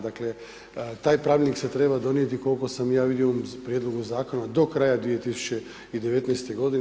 Dakle taj pravilnik se treba donijeti koliko sam ja vidio u prijedlogu zakona do kraja 2019. godine.